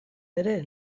ere